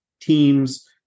teams